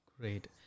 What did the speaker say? great